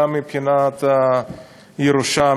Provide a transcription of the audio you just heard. גם מבחינת הירושה,